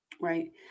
Right